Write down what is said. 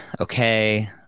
Okay